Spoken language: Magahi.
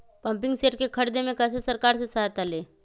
पम्पिंग सेट के ख़रीदे मे कैसे सरकार से सहायता ले?